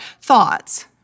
thoughts